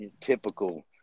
typical